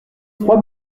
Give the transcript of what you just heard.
trois